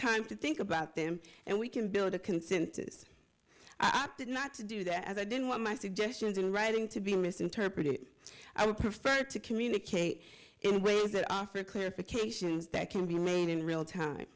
time to think about them and we can build a consensus opted not to do that as i didn't want my suggestions in writing to be misinterpreted i would prefer to communicate in ways that offer clarification as that can be reined in real time